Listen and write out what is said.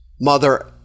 mother